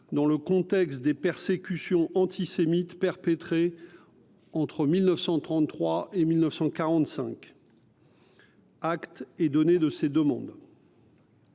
dans le contexte des persécutions antisémites perpétrées entre 1933 et 1945. Acte est donné de ces demandes.